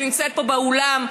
שנמצאת פה באולם,